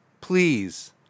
Please